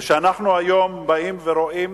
וכשאנחנו היום באים ורואים